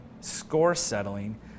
score-settling